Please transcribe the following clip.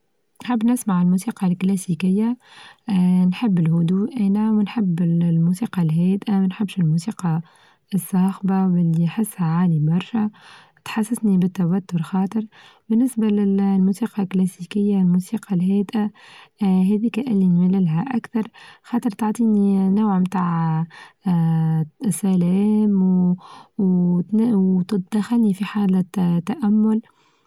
نحب نسمع الموسيقى الكلاسيكية نحب الهدوء أنا ونحب الموسيقى الهادئة ما نحبش الموسيقى الصاخبة واللى أحسها عالية مرة تحسسني بالتوتر خاطر، بالنسبة للموسيقى الكلاسيكية الموسيقى الهادئة آآ هاذيكا اللى نميل لها أكثر خاطر تعطينى نوع تاع آآ سلام وتدخلنى في حالة تأمل.